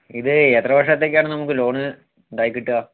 ഇത് എത്ര വർഷത്തേക്ക് ആണ് നമുക്ക് ലോണ് ഉണ്ടായി കിട്ടുക